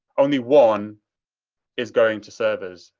only one is going to servers.